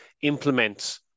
implement